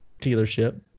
dealership